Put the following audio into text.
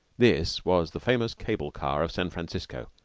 this was the famous cable car of san francisco,